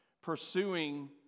pursuing